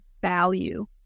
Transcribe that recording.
value